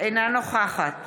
אינה נוכחת